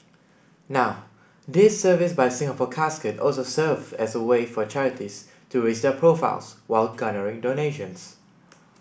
now this service by Singapore Casket also serves as a way for charities to raise their profiles while garnering donations